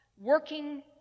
working